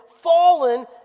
fallen